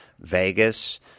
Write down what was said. Vegas